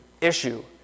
issue